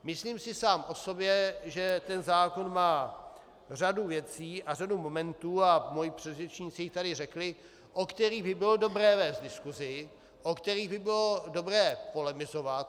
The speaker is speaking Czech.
Myslím si sám o sobě, že ten zákon má řadu věcí a řadu momentů, a moji předřečníci je tady řekli, o kterých by bylo dobré vést diskusi, o kterých by bylo dobré polemizovat.